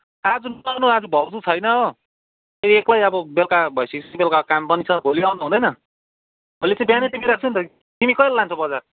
आज नआउनु आज भाउजू छैन ए खोइ अब बेलुका भइसकेपछि बेलुकाको काम पनि छ भोलि आउँदा हुँदैन भोलि त बिहाने टिपेर राख्छुँ नि त तिमी कहिले लान्छौ बजार